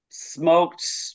Smoked